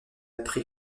pris